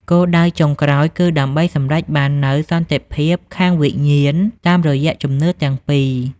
គោលដៅចុងក្រោយ គឺដើម្បីសម្រេចបាននូវសន្តិភាពខាងវិញ្ញាណតាមរយៈជំនឿទាំងពីរ។